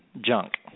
junk